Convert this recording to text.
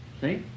See